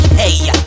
hey